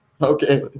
Okay